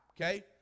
Okay